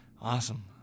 Awesome